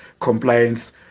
compliance